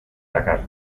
dakar